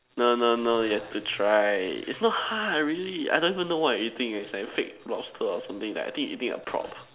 no no no you try it's not hard really I don't even know what I'm eating it's like fake lobster or something that I think eating a prop